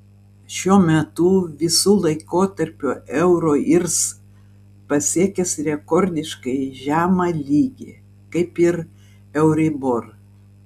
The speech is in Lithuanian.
šiuo metu visų laikotarpių euro irs pasiekęs rekordiškai žemą lygį kaip ir euribor